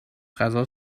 غذا